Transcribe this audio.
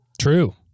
True